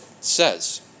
says